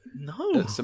No